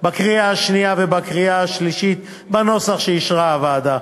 בקריאה השנייה ובקריאה השלישית בנוסח שאישרה הוועדה.